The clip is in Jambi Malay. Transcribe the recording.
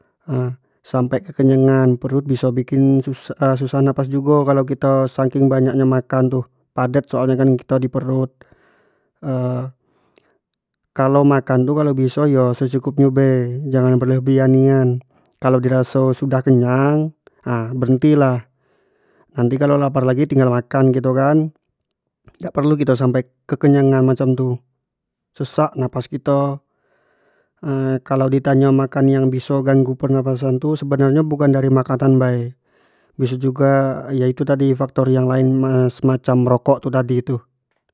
sampai kekenyangan perut biso bikin sesak nafas jugo, saking banyak nyo kito makan tu, padat soal nyo kan kito di perut, kalau makan tu kalau bisa yo secukup nyo be jangan belebihan nian, kalau diraso sudah kenyang v berhenti lah, nanti kalau lapar lagi bisa makan gitu kan, dak perlu kito sampe kekenyangan macam tu sesak nafas kito kalau di tanyo makan yang biso ganggu pernapasan tu sebnarnyo bukan dari makanan abe. biso juga ya factor yang lain semakam rokok tadi tuh.